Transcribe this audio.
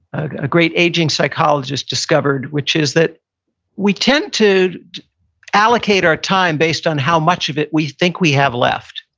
a great aging psychologist discovered, which is that we tend to allocate our time based on how much of it we think we have left.